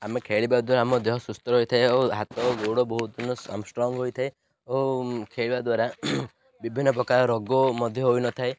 ଆମେ ଖେଳିବା ଦ୍ୱାରା ଆମ ଦେହ ସୁସ୍ଥ ରହିଥାଏ ଓ ହାତ ଗୋଡ଼ ବହୁତ ଦିନ ଷ୍ଟ୍ରଙ୍ଗ ହୋଇଥାଏ ଓ ଖେଳିବା ଦ୍ୱାରା ବିଭିନ୍ନ ପ୍ରକାର ରୋଗ ମଧ୍ୟ ହୋଇନଥାଏ